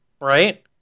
right